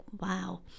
wow